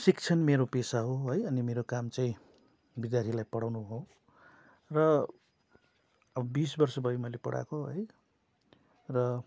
शिक्षण मेरो पेसा हो है अनि मेरो काम चाहिँ विद्यार्थीलाई पढाउनु हो र अब बिस वर्ष भयो मैले पढाएको है र